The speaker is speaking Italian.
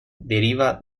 deriva